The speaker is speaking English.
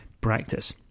practice